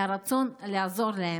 מהרצון לעזור להם.